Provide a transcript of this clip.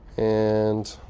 and